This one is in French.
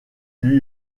lui